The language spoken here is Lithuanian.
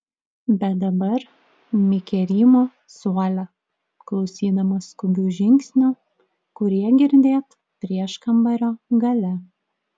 bet dabar mikė rymo suole klausydamas skubių žingsnių kurie girdėt prieškambario gale